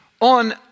on